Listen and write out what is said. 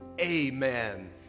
Amen